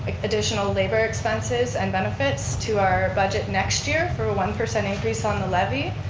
additional labor expenses and benefits to our budget next year for a one percent increase on the levy.